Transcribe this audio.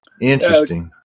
interesting